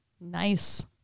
Nice